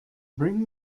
bring